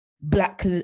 Black